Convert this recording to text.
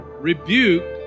rebuked